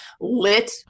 lit